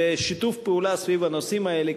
ושיתוף פעולה סביב הנושאים האלה,